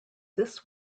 this